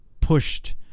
pushed